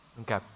Okay